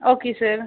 okay sir